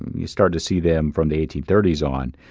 you start to see them from the eighteen thirty s on.